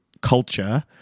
culture